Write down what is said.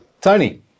Tony